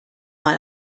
mal